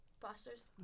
Foster's